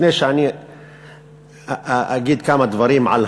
לפני שאגיד כמה דברים על